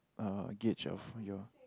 uh gauge of your